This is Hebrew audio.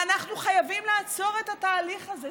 ואנחנו חייבים לעצור את התהליך הזה.